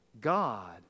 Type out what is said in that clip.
God